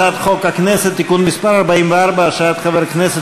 הצעת חוק הכנסת (תיקון מס' 44) (השעיית חבר הכנסת